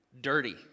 dirty